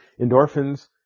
Endorphins